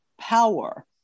power